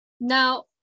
Now